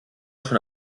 schon